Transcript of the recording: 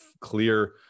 clear